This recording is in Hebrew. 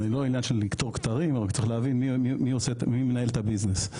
זה לא עניין של לכתור כתרים אבל כדי להבין מי מנהל את הביזנס.